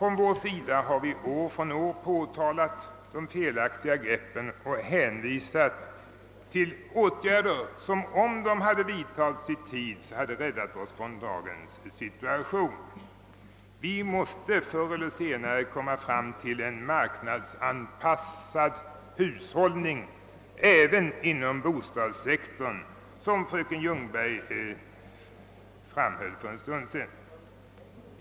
Vi har från vårt håll år efter år påtalat de felaktiga greppen och hänvisat till åtgärder, som om de hade vidtagits i tid hade räddat oss från dagens situation. Man måste förr eller senare komma fram till en marknadsanpassad hushållning även inom bostadssektorn, såsom fröken Ljungberg för en stund sedan framhöll.